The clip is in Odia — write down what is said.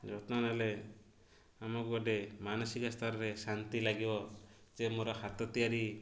ଯତ୍ନ ନେଲେ ଆମକୁ ଗୋଟେ ମାନସିକ ସ୍ତରରେ ଶାନ୍ତି ଲାଗିବ ଯେ ମୋର ହାତ ତିଆରି